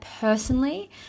personally